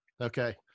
okay